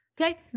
Okay